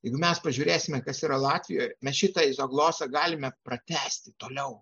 jeigu mes pažiūrėsime kas yra latvijoj mes šitą izoglosą galime pratęsti toliau